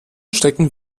stecken